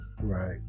Right